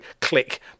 click